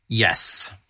Yes